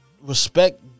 Respect